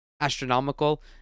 astronomical